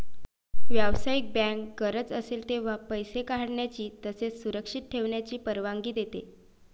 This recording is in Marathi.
व्यावसायिक बँक गरज असेल तेव्हा पैसे काढण्याची तसेच सुरक्षित ठेवण्याची परवानगी देते